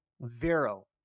Vero